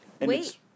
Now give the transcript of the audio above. Wait